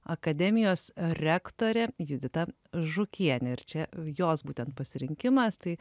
akademijos rektorė judita žukienė ir čia jos būtent pasirinkimas tai